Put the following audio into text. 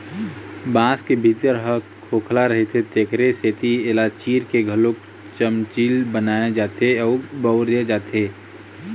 बांस के भीतरी ह खोखला रहिथे तेखरे सेती एला चीर के घलोक चमचील बनाए जाथे अउ बउरे जाथे